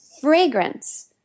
fragrance